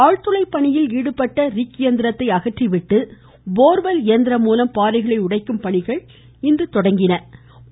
ஆழ்துளை பணியில் ஈடுபட்ட ரிக் இயந்திரத்தை அகற்றிவிட்டு போர்வெல் இயந்திரம்மூலம் பாறைகளை உடைக்கும் பணிகள் தொடங்கியுள்ளன